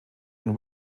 and